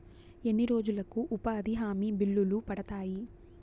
ఎన్ని రోజులకు ఉపాధి హామీ బిల్లులు పడతాయి?